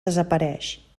desapareix